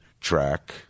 track